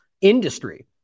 industry